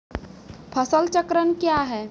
फसल चक्रण कया हैं?